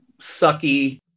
sucky